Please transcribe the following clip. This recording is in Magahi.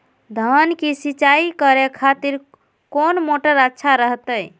धान की सिंचाई करे खातिर कौन मोटर अच्छा रहतय?